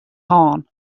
hân